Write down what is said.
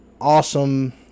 awesome